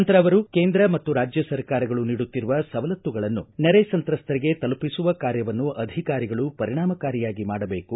ನಂತರ ಅವರು ಕೇಂದ್ರ ಮತ್ತು ರಾಜ್ಯ ಸರ್ಕಾರಗಳು ನೀಡುತ್ತಿರುವ ಸವಲತ್ತುಗಳನ್ನು ನೆರೆ ಸಂತ್ರಸ್ತರಿಗೆ ತಲುಪಿಸುವ ಕಾರ್ಯವನ್ನು ಅಧಿಕಾರಿಗಳು ಪರಿಣಾಮಕಾರಿಯಾಗಿ ಮಾಡಬೇಕು